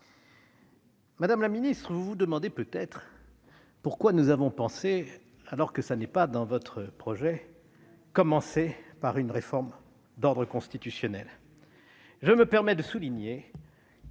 Madame la ministre, vous vous demandez peut-être pourquoi nous avons voulu commencer- ce n'est pas le cas de votre projet de réforme -par une réforme d'ordre constitutionnel. Je me permets de le souligner